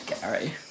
Gary